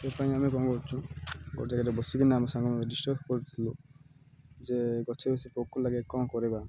ସେଥିପାଇଁ ଆମେ କ'ଣ କରୁଛୁ ଗୋଟ ଜାଗାରେ ବସିକିନା ଆମେ ସାଙ୍ଗ ଡିସ୍କସ୍ କରୁଥିଲୁ ଯେ ଗଛରେ ସେ ପୋକ ଲାଗେ କ'ଣ କରିବା